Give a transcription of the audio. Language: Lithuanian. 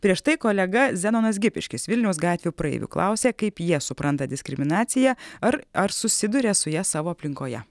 prieš tai kolega zenonas gipiškis vilniaus gatvių praeivių klausė kaip jie supranta diskriminaciją ar ar susiduria su ja savo aplinkoje